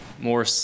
more